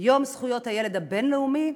יום זכויות הילד הבין-לאומי,